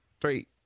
Three